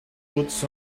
puts